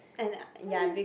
and ya be~